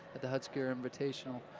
the husker invitational.